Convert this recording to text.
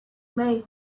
may